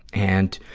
and,